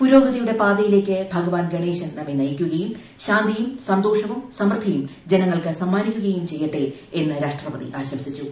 പുരോഗതിയുടെ പാതയിലേക്ക് ഭഗവാൻ ഗണേശൻ നമ്മെ നയിക്കുകയും ശാന്തിയും സന്തോഷവും സമൃദ്ധിയും ജനങ്ങൾക്ക് സമ്മാനിക്കുകയും ചെയ്യട്ടെ എന്ന് രാഷ്ട്രപതി ആശംസിച്ചു